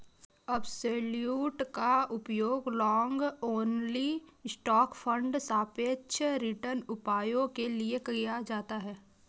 absolute का उपयोग long only stock fund सापेक्ष रिटर्न उपायों के लिए किया जाता है